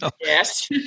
Yes